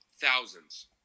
Thousands